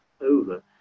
over